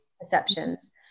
perceptions